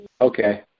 Okay